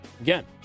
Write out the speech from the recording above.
again